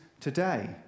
today